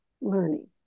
learning